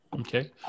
Okay